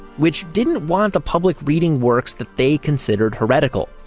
which didn't want the public reading works that they considered heretical.